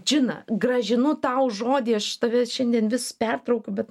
džina grąžinu tau žodį aš tave šiandien vis pertraukiu bet nogniui